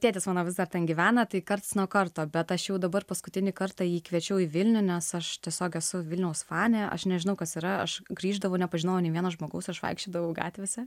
tėtis mano vis dar ten gyvena tai karts nuo karto bet aš jau dabar paskutinį kartą jį kviečiau į vilnių nes aš tiesiog esu vilniaus fanė aš nežinau kas yra aš grįždavau nepažinojau nė vieno žmogaus aš vaikščiodavau gatvėse